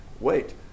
wait